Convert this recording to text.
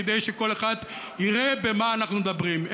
כדי שכל אחד יראה במה אנחנו מדברים.